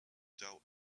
doubt